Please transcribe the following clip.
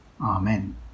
Amen